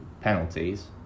penalties